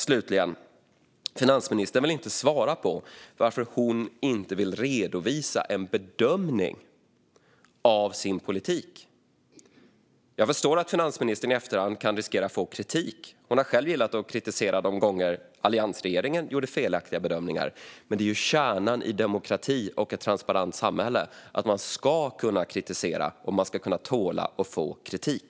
Slutligen: Finansministern vill inte svara på varför hon inte vill redovisa en bedömning av sin politik. Jag förstår att finansministern i efterhand kan riskera att få kritik. Hon har själv gillat att kritisera alliansregeringen de gånger den gjorde felaktiga bedömningar. Men det är kärnan i demokratin och i ett transparent samhälle att man ska kunna kritisera och att man ska kunna tåla att få kritik.